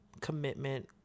commitment